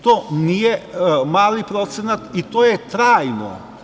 To nije mali procenat i to je trajno.